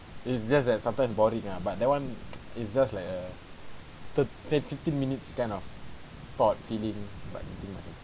it's just that sometimes boring ah but that one is just like a third fifth~ fifteen minutes kind of thought feeling when you think like that